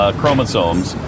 chromosomes